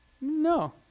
No